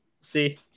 See